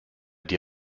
dir